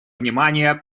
внимание